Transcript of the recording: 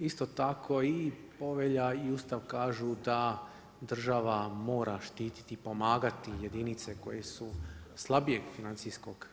Isto tako i povelja i Ustav kažu da država mora štititi i pomagati jedinice koje su slabijeg financijskog